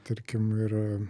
tarkim ir